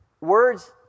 words